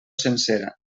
sencera